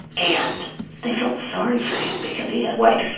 and they felt sorry for him because he had white